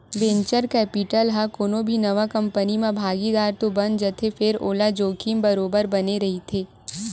venture capital ह कोनो भी नवा कंपनी म भागीदार तो बन जाथे फेर ओला जोखिम बरोबर बने रहिथे